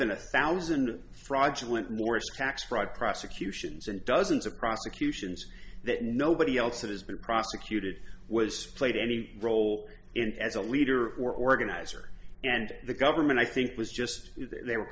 than a thousand fraudulent more sacks fraud prosecutions and dozens of prosecutions that nobody else has been prosecuted was played any role in it as a leader or organizer and the government i think was just they were